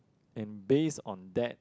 and based on that